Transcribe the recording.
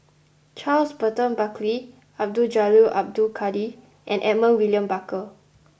Charles Burton Buckley Abdul Jalil Abdul Kadir and Edmund William Barker